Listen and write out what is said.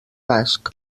basc